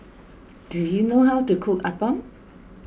do you know how to cook Appam